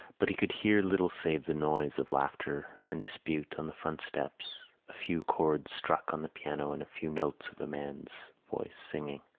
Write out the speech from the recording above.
but he could hear little save the noise of laughter and dispute on the front steps, a few chords struck on the piano and a few notes of a man's voice singing.